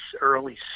early